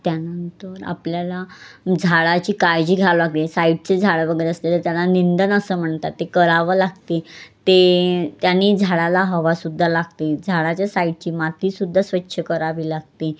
त्यानंतर आपल्याला झाडाची काळजी घ्या लागेल साईडचे झाडं वगैरे असले त्याला निंदन असं म्हणतात ते करावं लागते ते त्यांनी झाडाला हवासुद्धा लागते झाडाच्या साईडची मातीसुद्धा स्वच्छ करावी लागते